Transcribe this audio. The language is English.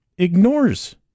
Ignores